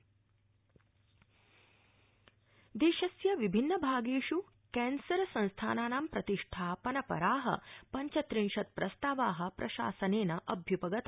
लोकसभा देशस्य विभिन्न भागेषु केंसर संस्थानानां प्रतिष्ठापन परा पंचत्रिंशत्प्रस्तावा प्रशासनेन अभ्युपगता